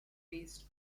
based